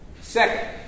Second